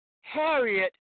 Harriet